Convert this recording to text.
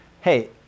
hey